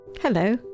Hello